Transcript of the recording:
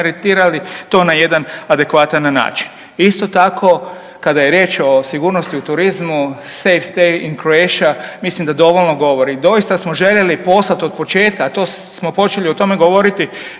implementirali to na jedan adekvatan način. Isto tako kada je riječ o sigurnosti u turizmu Safe stay in Croatia mislim da dovoljno govori. Doista smo željeli poslat od početka, a to smo počeli o tome govoriti